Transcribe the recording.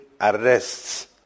arrests